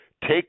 take